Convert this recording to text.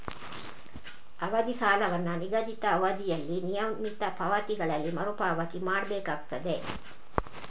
ಅವಧಿ ಸಾಲವನ್ನ ನಿಗದಿತ ಅವಧಿಯಲ್ಲಿ ನಿಯಮಿತ ಪಾವತಿಗಳಲ್ಲಿ ಮರು ಪಾವತಿ ಮಾಡ್ಬೇಕಾಗ್ತದೆ